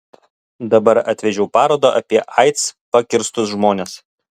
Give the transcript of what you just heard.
dabar atvežiau parodą apie aids pakirstus žmones